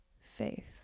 faith